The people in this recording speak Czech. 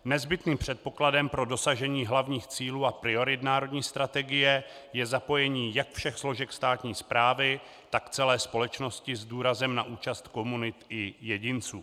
Nezbytným předpokladem pro dosažení hlavních cílů a priorit národní strategie je zapojení jak všech složek státní správy, tak celé společnosti s důrazem na účast komunit i jedinců.